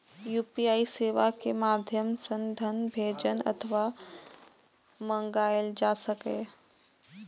UPI सेवा के माध्यम सं धन भेजल अथवा मंगाएल जा सकैए